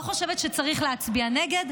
לא חושבת שצריך להצביע נגד,